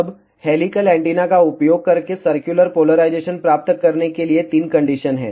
अब helical antenna का उपयोग करके सर्कुलर पोलराइजेशन प्राप्त करने के लिए तीन कंडीशन हैं